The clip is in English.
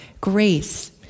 Grace